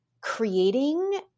creating